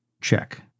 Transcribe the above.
Check